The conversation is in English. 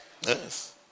yes